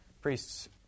priests